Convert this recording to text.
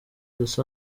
los